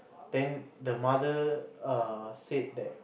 then the mother err said that